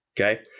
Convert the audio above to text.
Okay